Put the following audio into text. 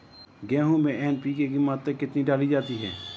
गेहूँ में एन.पी.के की मात्रा कितनी डाली जाती है?